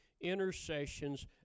intercessions